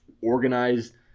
organized